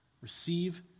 Receive